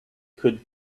could